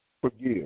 Forgive